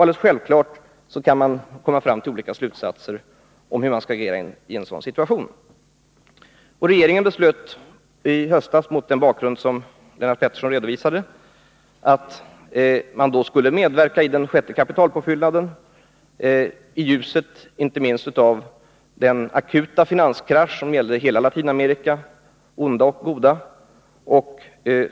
Alldeles självklart kan man komma fram till olika slutsatser om hur man skall agera i en sådan situation. Regeringen beslöt i höstas, mot den bakgrund som Lennart Pettersson redovisade, att man skulle medverka i den sjätte kapitalpåfyllnaden, inte minst i ljuset av den akuta finanskrasch som gällde hela Latinamerika — onda och goda.